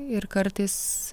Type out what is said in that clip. ir kartais